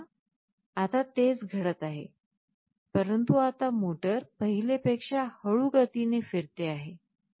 हे पहा आता तेच घडत आहे परंतु आता मोटार पहिले पेक्षा हळू गतीने फिरते आहे